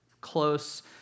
close